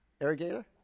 irrigator